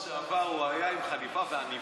לא, אבל בשבוע שעבר הוא היה עם חליפה ועניבה.